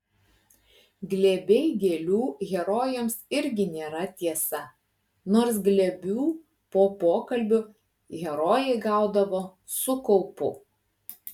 glėbiai gėlių herojams irgi nėra tiesa nors glėbių po pokalbių herojai gaudavo su kaupu